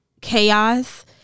chaos